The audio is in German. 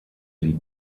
die